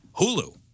Hulu